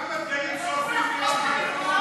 כמה דגלים שורפים, ?